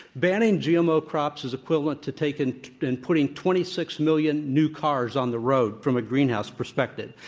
banning gmo crops is equivalent to taking and putting twenty six million new cars on the road from a greenhouse perspective.